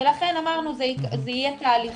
ולכן אמרנו שזה יהיה תהליכי.